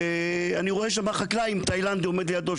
ואני רואה שם חקלאי עם תאילנדי עומד לידו,